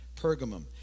Pergamum